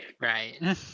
Right